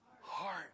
heart